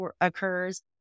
occurs